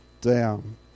down